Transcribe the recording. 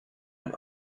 and